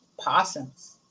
Possums